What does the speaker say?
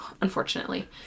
unfortunately